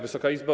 Wysoka Izbo!